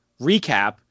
recap